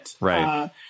right